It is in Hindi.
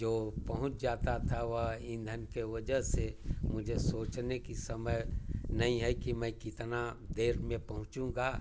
जो पहुँच जाता था वह ईंधन के वजह से मुझे सोचने का समय नई है कि मैं कितना देर में पहुँचूँगा